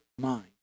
mind